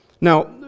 Now